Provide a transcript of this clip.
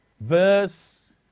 verse